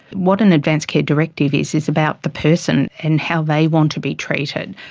what an advance care directive is is about the person and how they want to be treated,